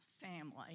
family